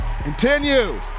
continue